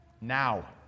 Now